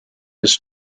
des